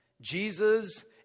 Jesus